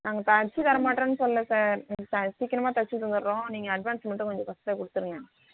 நாங்கள் தச்சுத் தர மாட்டோனு சொல்லல சார் நாங்க சீக்கிரமாக தச்சு தந்துடுறோம் நீங்கள் அட்வான்ஸ் மட்டும் கொஞ்ச ஃபர்ஸ்ட்டே கொடுத்துடுங்க